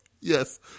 Yes